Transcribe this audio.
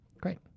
Great